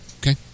okay